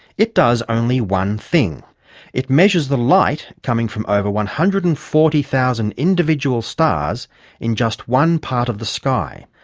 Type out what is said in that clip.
it does only one thing it measures the light coming from over one hundred and forty thousand individual stars in just one part of the sky.